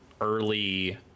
early